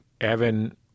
Evan